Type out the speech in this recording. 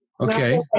Okay